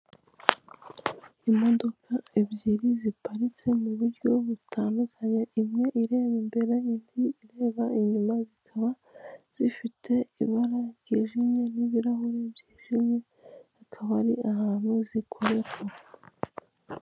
Imodoka ebyiri ziparitse mu buryo butandukanye imwe ireba imbere n'indi irebe inyuma zifite ibara ryijimye n'ibirahure byijimye bikaba ari ahantu zikorerwa.